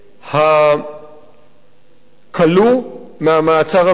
הכלוא מהמעצר המינהלי.